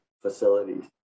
facilities